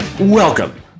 Welcome